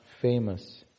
famous